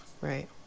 Right